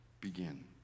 begin